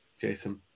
Jason